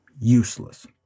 Useless